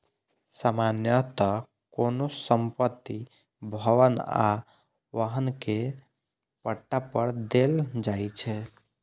सामान्यतः कोनो संपत्ति, भवन आ वाहन कें पट्टा पर देल जाइ छै